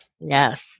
yes